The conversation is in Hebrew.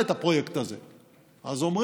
אז אני מברכת על ההצהרה של שר החינוך החדש יואב גלנט,